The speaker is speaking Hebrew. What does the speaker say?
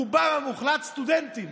רובם המוחלט סטודנטים